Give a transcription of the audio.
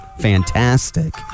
Fantastic